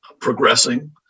progressing